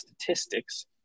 statistics